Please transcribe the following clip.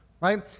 Right